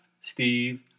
Steve